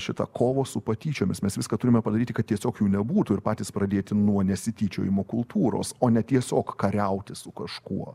šita kovą su patyčiomis mes viską turime padaryti kad tiesiog jų nebūtų ir patys pradėti nuo nesityčiojimo kultūros o ne tiesiog kariauti su kažkuo